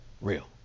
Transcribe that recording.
real